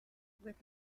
with